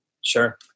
Sure